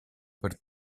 per